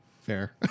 fair